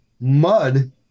mud